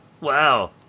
Wow